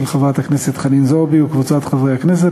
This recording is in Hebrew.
של חברת הכנסת חנין זועבי וקבוצת חברי הכנסת,